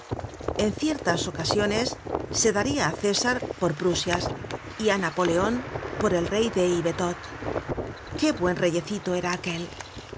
en ciertas ocasiones se daria á césar por prusias y á napoleon por el rey de ivetot qué buen reyecito era aquel